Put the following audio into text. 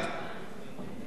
אלא של 29 מיליארד,